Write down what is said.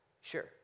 Sure